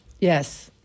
Yes